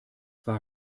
war